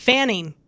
Fanning